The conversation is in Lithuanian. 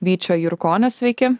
vyčio jurkonio sveiki